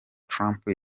trump